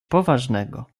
poważnego